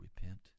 repent